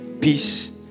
peace